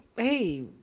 Hey